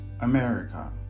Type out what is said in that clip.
America